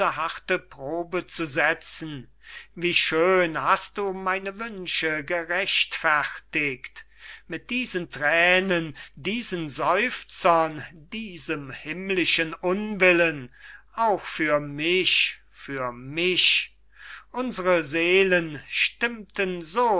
harte probe zu setzen wie schön hast du meine wünsche gerechtfertigt mit diesen thränen diesen seufzern diesem himmlischen unwillen auch für mich für mich unsere seelen stimmten so